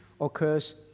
occurs